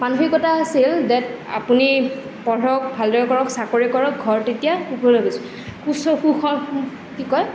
মানসিকতা আছিল ডেট আপুনি পঢ়ক ভাল দৰে কৰক চাকৰি কৰক ঘৰ তেতিয়া কুশল কি কয়